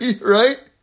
right